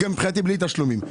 גם מבחינתי בלי תשלומים.